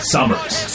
Summers